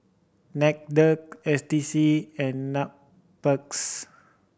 NCDCC S T C and Nparks